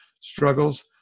struggles